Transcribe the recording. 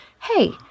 hey